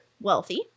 wealthy